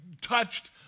touched